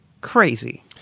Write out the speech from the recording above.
crazy